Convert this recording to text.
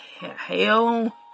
hell